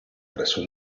presso